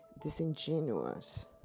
disingenuous